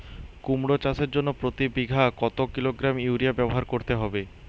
কুমড়ো চাষের জন্য প্রতি বিঘা কত কিলোগ্রাম ইউরিয়া ব্যবহার করতে হবে?